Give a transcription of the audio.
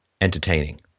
entertaining